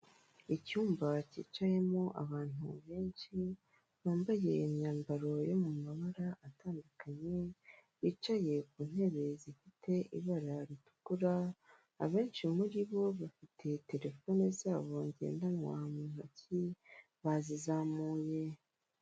Icyumba cyicayemo abantu benshi bambaye imyambaro yo mu mabara atandukanye bicaye ku ntebe zifite ibara ritukura, abenshi muri bo bafite telefone zabo ngendanwa mu ntoki bazizamuye.